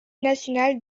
nationale